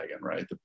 Right